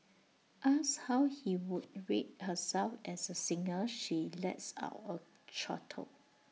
asked how he would rate herself as A singer she lets out A chortle